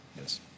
Yes